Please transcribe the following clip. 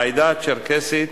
העדה הצ'רקסית